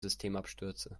systemabstürze